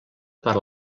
per